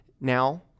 Now